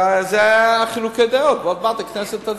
אלה חילוקי הדעות, ועוד מעט הכנסת תצביע.